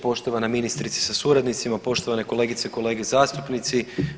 Poštovana ministrice sa suradnicima, poštovane kolegice i kolege zastupnici.